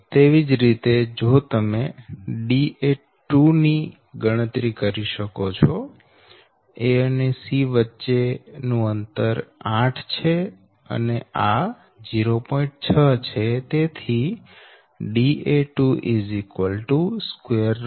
તેવી જ રીતે જો તમે Da2 ની ગણતરી કરી શકો છો a થી c વચ્ચે અંતર 8 છે અને આ 0